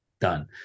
done